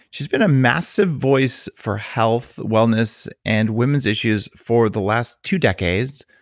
she's been a massive voice for health, wellness and women's issues for the last two decades,